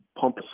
pump